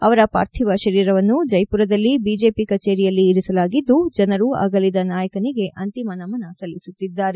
ಅವರ ಪಾರ್ಥಿವ ಶರೀರವನ್ನು ಜ್ಟೆಪುರದಲ್ಲಿ ಇಜೆಪಿ ಖಚೇರಿಯಲ್ಲಿ ಇರಿಸಲಾಗಿದ್ದು ಜನರು ಅಗಲಿದ ನಾಯಕನಿಗೆ ಅಂತಿಮ ನಮನ ಸಲ್ಲಿಸುತ್ತಿದ್ದಾರೆ